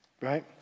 right